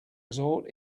resort